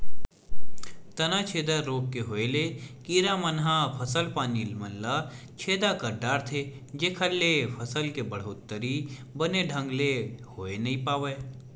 तनाछेदा रोग के होय ले कीरा मन ह फसल पानी मन ल छेदा कर डरथे जेखर ले फसल के बड़होत्तरी बने ढंग ले होय नइ पावय